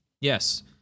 yes